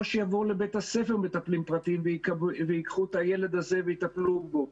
או שיבואו לבית הספר מטפלים פרטיים וייקחו את הילד הזה ויטפלו בו.